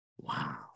Wow